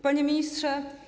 Panie Ministrze!